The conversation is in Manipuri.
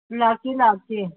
ꯂꯥꯛꯇꯤ ꯂꯥꯛꯇꯦ